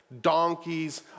donkeys